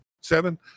Seven